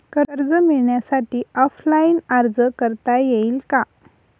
कर्ज मिळण्यासाठी ऑफलाईन अर्ज करता येईल का?